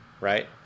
right